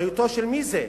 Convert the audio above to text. אחריותו של מי זה?